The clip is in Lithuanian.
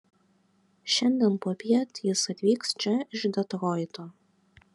šiandien popiet jis atvyks čia iš detroito